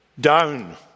down